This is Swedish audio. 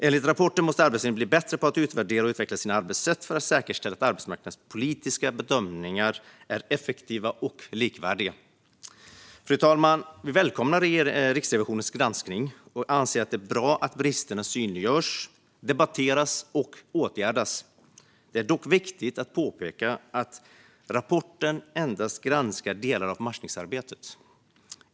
Enligt rapporten måste Arbetsförmedlingen bli bättre på att utvärdera och utveckla sina arbetssätt för att säkerställa att de arbetsmarknadspolitiska bedömningarna är effektiva och likvärdiga. Fru talman! Vi välkomnar Riksrevisionens granskning och anser att det är bra att bristerna synliggörs, debatteras och åtgärdas. Det är dock viktigt att påpeka att rapporten endast granskar delar av matchningsarbetet.